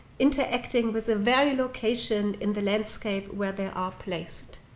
interacting with the very location in the landscape where they are placed.